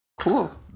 Cool